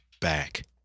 back